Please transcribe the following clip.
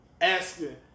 asking